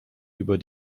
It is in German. über